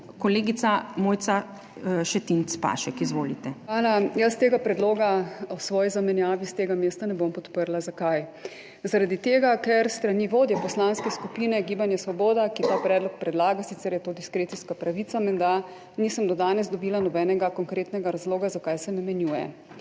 Izvolite. MOJCA ŠETINC PAŠEK (PS Svoboda): Hvala. Jaz tega predloga o svoji zamenjavi s tega mesta ne bom podprla. Zakaj? Zaradi tega ker s strani vodje Poslanske skupine Gibanje Svoboda, ki ta predlog predlaga – sicer je to diskrecijska pravica, menda – nisem do danes dobila nobenega konkretnega razloga, zakaj se me menjuje.